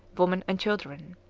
women, and children.